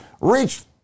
reached